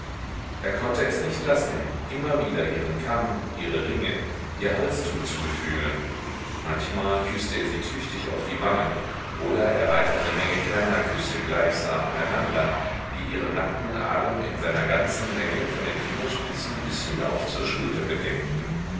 er konnte es nicht lassen immer wieder ihren kamm ihre ringe ihr halstuch zu befühlen manchmal küßte er sie tüchtig auf die wangen oder er reihte eine menge kleiner küsse gleichsam aneinander die ihren nackten arm in seiner ganzen länge von den fingerspitzen bis hinauf zur schulter bedeckten